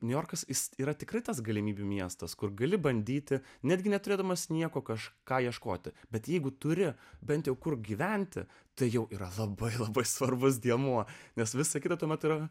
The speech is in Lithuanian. niujorkas jis yra tikrai tas galimybių miestas kur gali bandyti netgi neturėdamas nieko kažką ieškoti bet jeigu turi bent jau kur gyventi tai jau yra labai labai svarbus dėmuo nes visa kita tuomet yra